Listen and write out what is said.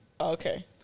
Okay